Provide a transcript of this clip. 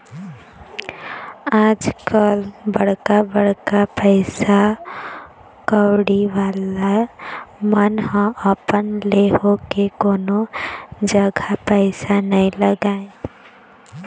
आजकल बड़का बड़का पइसा कउड़ी वाले मन ह अपन ले होके कोनो जघा पइसा नइ लगाय